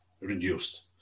reduced